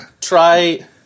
try